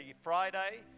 Friday